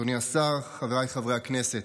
אדוני השר, חבריי חברי הכנסת,